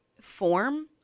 form